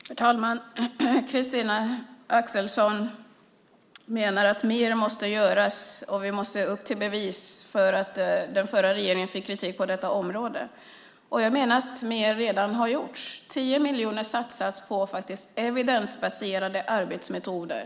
Herr talman! Christina Axelsson menar att mer måste göras och att vi måste upp till bevis därför att den förra regeringen fick kritik på detta område. Jag menar att mer redan har gjorts. 10 miljoner satsas faktiskt på evidensbaserade arbetsmetoder.